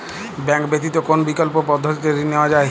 Bank ব্যতিত কোন বিকল্প পদ্ধতিতে ঋণ নেওয়া যায়?